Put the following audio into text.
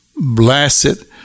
Blessed